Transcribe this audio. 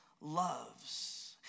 loves